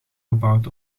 gebouwd